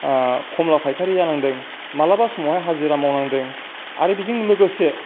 खमला फाइखारि जानांदों माब्लाबा समावहाय हाजिरा मावनांदों आरो बेजों लोगोसे